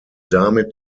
damit